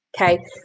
okay